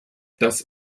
das